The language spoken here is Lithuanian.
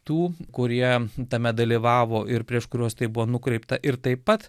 tų kurie tame dalyvavo ir prieš kuriuos tai buvo nukreipta ir taip pat